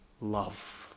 love